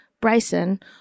Bryson